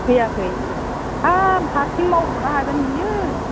फैयाखै हाब हारसिं मावख'नो हागोन बियो